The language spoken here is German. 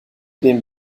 den